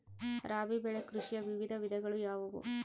ರಾಬಿ ಬೆಳೆ ಕೃಷಿಯ ವಿವಿಧ ವಿಧಗಳು ಯಾವುವು?